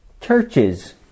churches